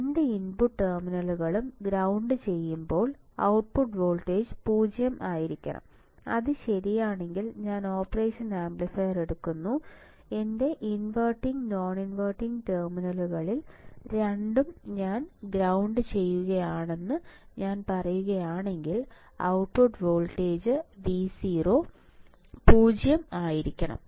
രണ്ട് ഇൻപുട്ട് ടെർമിനലുകളും ഗ്രൌണ്ട് ചെയ്യുമ്പോൾ ഔട്ട്പുട്ട് വോൾട്ടേജ് 0 ആയിരിക്കണം അത് ശരിയാണെങ്കിൽ ഞാൻ ഓപ്പറേഷൻ ആംപ്ലിഫയർ എടുക്കുന്നു എന്റെ ഇൻവെർട്ടിംഗ് നോൺ ഇൻവെർട്ടിംഗ് ടെർമിനലുകൾ രണ്ടും ഞാൻ ഗ്രൌണ്ട് ചെയ്യുന്നുവെന്ന് ഞാൻ പറയുകയാണെങ്കിൽ ഔട്ട്പുട്ട് വോൾട്ടേജ് Vo 0 ആയിരിക്കണം